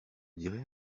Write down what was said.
dirait